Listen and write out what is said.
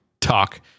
talk